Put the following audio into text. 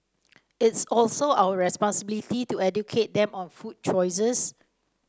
it's also our responsibility to educate them on food choices